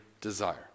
desire